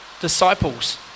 Disciples